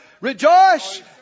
Rejoice